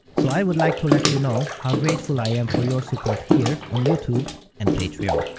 so i would like to let you know how grateful i am for your support here on youtube and patreon.